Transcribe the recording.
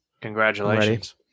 congratulations